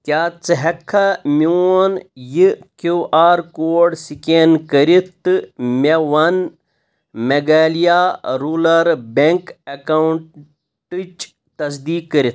کیٛاہ ژٕ ہٮ۪کھہٕ میون یہِ کیوٗ آر کوڈ سکین کٔرِتھ تہٕ مےٚ وَن میگھالِیا روٗرَل بیٚنٛک اکاونٹٕچ تصدیق کٔرِتھ؟